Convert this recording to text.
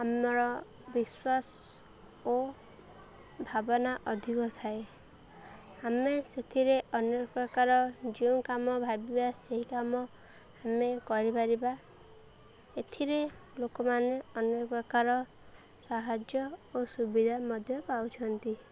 ଆମର ବିଶ୍ୱାସ ଓ ଭାବନା ଅଧିକ ଥାଏ ଆମେ ସେଥିରେ ଅନେକ ପ୍ରକାର ଯେଉଁ କାମ ଭାବିବା ସେହି କାମ ଆମେ କରିପାରିବା ଏଥିରେ ଲୋକମାନେ ଅନେକ ପ୍ରକାର ସାହାଯ୍ୟ ଓ ସୁବିଧା ମଧ୍ୟ ପାଉଛନ୍ତି